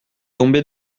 tombé